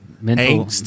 mental